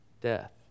death